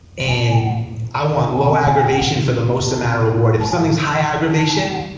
and i want low aggravation for the most amount of reward. if something's high aggravation,